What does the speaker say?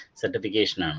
certification